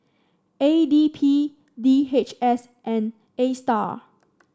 A D P D H S and Astar